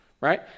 right